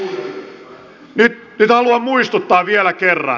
nyt haluan muistuttaa vielä kerran